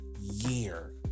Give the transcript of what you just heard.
year